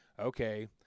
okay